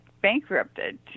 bankrupted